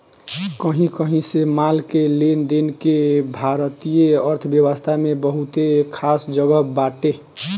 कही कही से माल के लेनदेन के भारतीय अर्थव्यवस्था में बहुते खास जगह बाटे